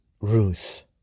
Ruth